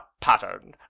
pattern